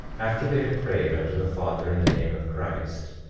after they had prayed unto the father in the name of christ,